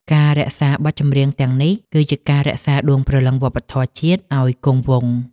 ការរក្សាបទចម្រៀងទាំងនេះ គឺជាការរក្សាដួងព្រលឹងវប្បធម៌ជាតិខ្មែរឱ្យគង់វង្ស។